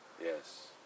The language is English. Yes